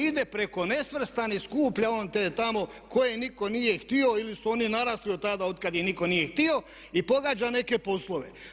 Ide preko nesvrstanih, skuplja on te tamo koje nitko nije htio ili su oni narasli od tada od kad ih nitko nije htio i pogađa neke poslove.